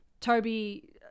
Toby